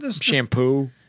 Shampoo